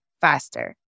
faster